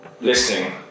listening